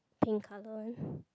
pink color